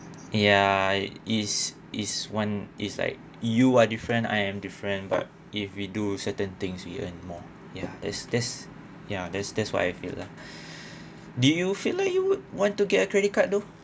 ya is is one is like you are different I am different but if we do certain things we earn more ya that's that's ya that's that's what I feel lah do you feel like you would want to get a credit card though